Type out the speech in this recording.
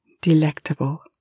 Delectable